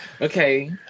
okay